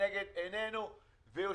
הנתונים הם מאוד ברורים.